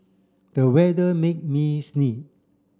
the weather made me sneeze